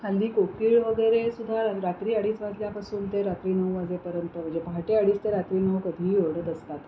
हल्ली कोकिळ वगैरे सुद्धा रात्री अडीच वाजल्यापासून ते रात्री नऊ वाजेपर्यंत म्हणजे पहाटे अडीच ते रात्री नऊ कधीही ओरडत असतात